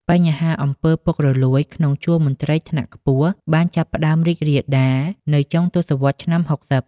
បញ្ហាអំពើពុករលួយក្នុងជួរមន្ត្រីថ្នាក់ខ្ពស់បានចាប់ផ្តើមរីករាលដាលនៅចុងទសវត្សរ៍ឆ្នាំ ៦០។